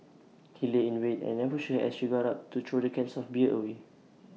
he lay in wait and ambushed her as she got up to throw the cans of beer away